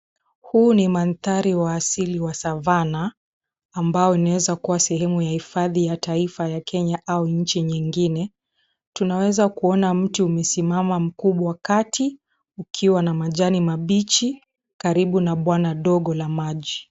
Huu ni mandhari wa asili wa savannah ambao unaweza kuwa sehemu ya hifadhi ya taifa ya Kenya au nchi nyingine .Tunaweza kuona mti umesimama mkubwa kati, ukiwa na majani mabichi, karibu na bwana ndogo la maji.